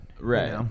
Right